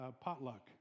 potluck